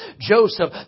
Joseph